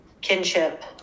kinship